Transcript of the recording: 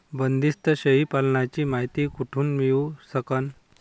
बंदीस्त शेळी पालनाची मायती कुठून मिळू सकन?